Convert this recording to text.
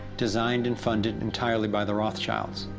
designed and funded entirely by the rothschilds.